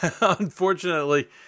unfortunately